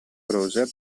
browser